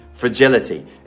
Fragility